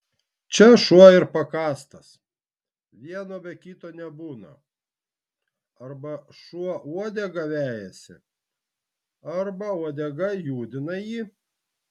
čia šuo ir pakastas vieno be kito nebūna arba šuo uodegą vejasi arba uodega judina jį